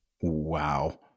Wow